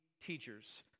teachers